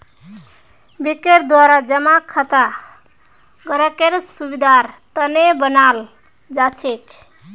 बैंकेर द्वारा जमा खाता ग्राहकेर सुविधार तने बनाल जाछेक